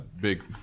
big